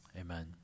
Amen